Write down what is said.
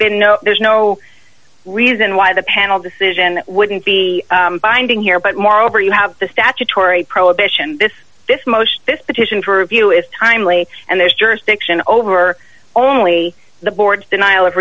been no there's no reason why the panel decision wouldn't be binding here but moreover you have the statutory prohibition this th motion th petition for review is timely and there's jurisdiction over only the board denial of